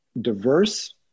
diverse